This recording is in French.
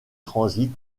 transit